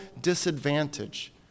disadvantage